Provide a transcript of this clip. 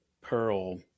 Pearl